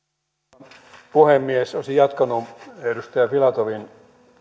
arvoisa puhemies olisin jatkanut edustaja filatovin